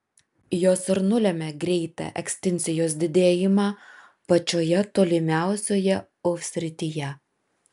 jos ir nulemia greitą ekstinkcijos didėjimą pačioje tolimiausioje uv srityje